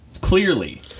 Clearly